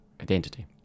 identity